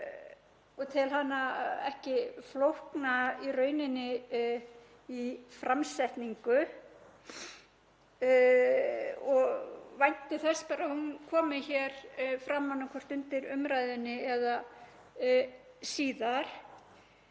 og tel hana ekki flókna í rauninni í framsetningu og vænti þess að hún komi hér fram annaðhvort undir umræðunni eða síðar.